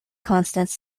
constance